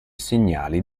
segnali